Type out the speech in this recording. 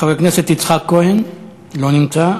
חבר הכנסת יצחק כהן, לא נמצא.